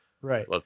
Right